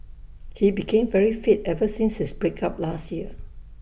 he became very fit ever since his break up last year